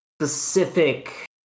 specific